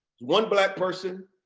one black person,